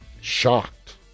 shocked